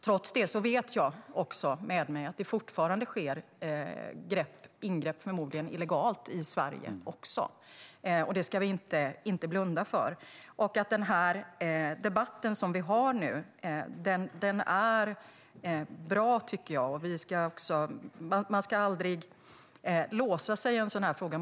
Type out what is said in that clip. Trots detta vet jag att det fortfarande sker ingrepp, förmodligen illegalt, i Sverige. Det ska vi inte blunda för. Den nuvarande debatten är bra. Man ska, och kan, aldrig låsa sig i en sådan här fråga.